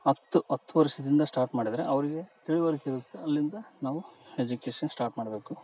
ಹತ್ತು ಹತ್ತು ವರ್ಷದಿಂದ ಸ್ಟಾರ್ಟ್ ಮಾಡಿದರೆ ಅವರಿಗೆ ತಿಳುವಳ್ಕೆ ಇರ್ತೆ ಅಲ್ಲಿಂದ ನಾವು ಎಜುಕೇಷನ್ ಸ್ಟಾರ್ಟ್ ಮಾಡಬೇಕು